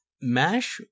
MASH